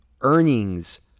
earnings